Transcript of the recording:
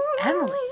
Emily